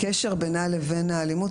הקשר בינה לבין האלימות,